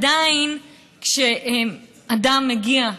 עדיין כשאדם מגיע,